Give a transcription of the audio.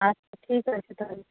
আচ্ছা ঠিক আছে তাহলে